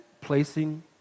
placing